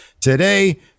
today